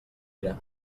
era